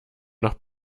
noch